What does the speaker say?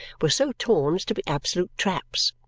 were so torn as to be absolute traps.